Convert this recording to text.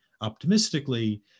optimistically